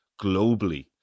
globally